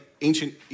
ancient